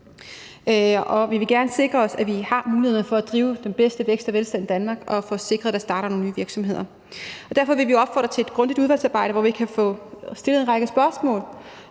Vi vil gerne sikre os, at vi har mulighederne for at drive den bedste vækst og velstand i Danmark, og vi vil gerne sikre, at der starter nogle nye virksomheder. Derfor vil vi opfordre til et grundigt udvalgsarbejde, hvor vi kan få stillet en række spørgsmål